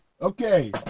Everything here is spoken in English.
okay